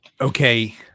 okay